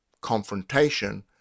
confrontation